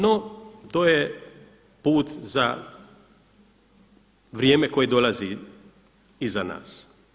No, to je put za vrijeme koje dolazi iza nas.